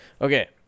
okay